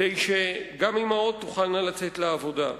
כמו לעדכן אוטומטית את עלות סל התרופות בשיעור